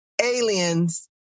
aliens